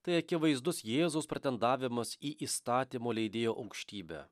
tai akivaizdus jėzaus pretendavimas į įstatymo leidėjo aukštybę